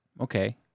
Okay